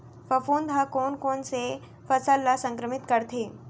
फफूंद ह कोन कोन से फसल ल संक्रमित करथे?